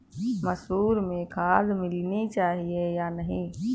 मसूर में खाद मिलनी चाहिए या नहीं?